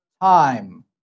Time